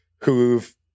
who've